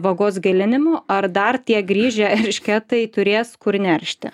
vagos gilinimu ar dar tie grįžę eršketai turės kur neršti